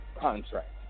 contract